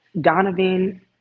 Donovan